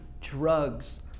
drugs